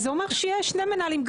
אז זה אומר שיש שני מנהלים.